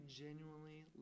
genuinely